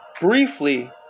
Briefly